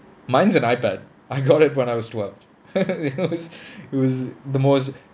mine's an iPad I got it when I was twelve it was it was the most